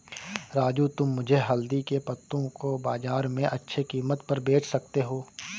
राजू तुम मुझे हल्दी के पत्तों को बाजार में अच्छे कीमत पर बेच सकते हो